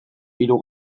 hiru